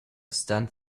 stunt